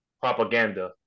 propaganda